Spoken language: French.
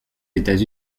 états